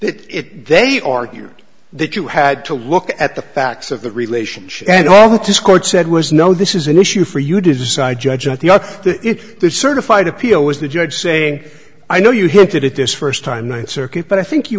that it they argue that you had to look at the facts of the relationship and all the discord said was no this is an issue for you to decide judge at the other certified appeal was the judge saying i know you hinted at this first time ninth circuit but i think you